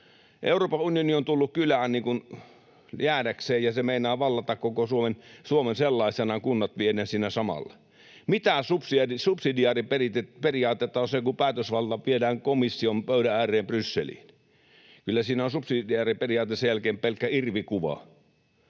Euroopan unioni on tullut kylään niin kuin jäädäkseen, ja se meinaa vallata koko Suomen sellaisenaan, kunnat vienee siinä samalla. Mitä subsidiariteettiperiaatetta on se, kun päätösvalta viedään komission pöydän ääreen Brysseliin? Kyllä siinä on subsidiariteettiperiaate sen jälkeen pelkkä irvikuva.